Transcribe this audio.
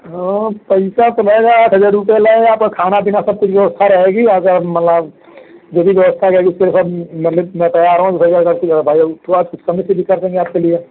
पैसा तो लगेगा आठ हज़ार रुपया लगेगा आपका खाना पीना सबकुछ व्यवस्था रहेगी आप मंगा जो भी व्यवस्था रहेगी वह सब मतलब मैं तैयार हूँ कहीं कोई दिक्कत नहीं आपके लिए